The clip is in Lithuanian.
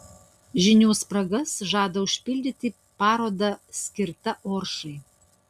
žinių spragas žada užpildyti paroda skirta oršai